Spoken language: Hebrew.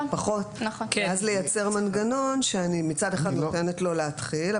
ואז לייצר מנגנון שמצד אחד אני נותנת לו להתחיל,